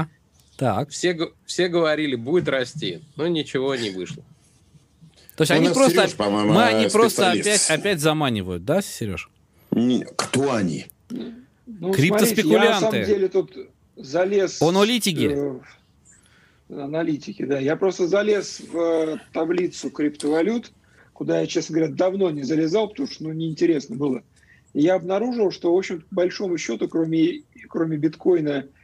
Так. Все г- все говорили, будет расти, но ничего не вышло. То есть Ну, у они нас просто- Серёж, по-моему, мы- они э, просто опять- специалист. опять заманивают, да, Серёж? Не, кто они? Ну, Криптоспекулянты. смотрите, я на самом деле тут залез Аналитики. в- э, аналитики, да. Я просто залез в, э, таблицу криптовалют, куда я, честно говоря, давно не залезал, потому что, ну, неинтересно было. И я обнаружил, что, в общем-то, по большому счету, кроме и- кроме биткоина,